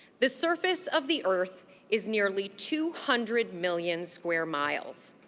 the surface of the earth is nearly two hundred million square miles.